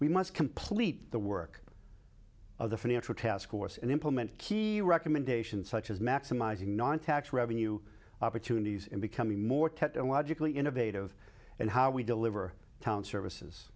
we must complete the work of the financial task force and implement key recommendations such as maximizing non tax revenue opportunities in becoming more technologically innovative and how we deliver town services